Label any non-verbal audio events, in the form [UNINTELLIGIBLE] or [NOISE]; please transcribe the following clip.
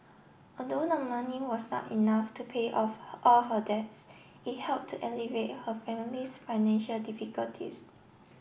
lthough the money was not enough to pay off [UNINTELLIGIBLE] all her debts it helped to alleviate her family's financial difficulties